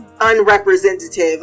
unrepresentative